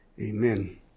amen